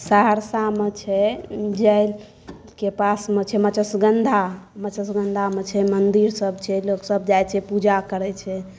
सहरसामे छै जैतके पासमे छै मतस्यगंधामे छै मंदिरसभ छै लोकसभ जाइ छै पूजा करै छै